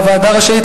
והוועדה רשאית,